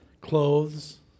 clothes